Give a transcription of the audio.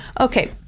Okay